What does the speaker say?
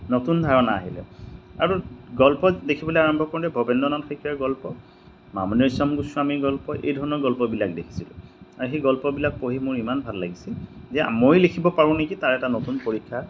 নতুন ধাৰণা আহিলে আৰু গল্প লিখিবলৈ আৰম্ভ কৰোঁতে ভৱেন্দ্ৰনাথ শইকীয়াৰ গল্প মামনি ৰয়চম গোস্বামীৰ গল্প এই ধৰণৰ গল্পবিলাক দেখিছিলোঁ আৰু সেই গল্পবিলাক পঢ়ি মোৰ ইমান ভাল লাগিছিল যে মই লিখিব পাৰোঁ নেকি তাৰ এটা নতুন পৰীক্ষা